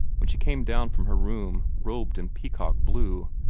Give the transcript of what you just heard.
when she came down from her room robed in peacock blue.